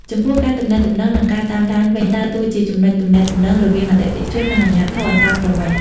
ចំពោះ ការទំនាក់ទំនង និងការតាមដានវិញ ដើរតួជាចំណុចទំនាក់ទំនងរវាងអតិថិជន និងអាជ្ញាធរអន្តោប្រវេសន៍។